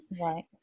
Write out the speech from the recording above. Right